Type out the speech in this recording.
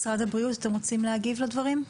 משרד הבריאות, אתם רוצים להגיב לדברים?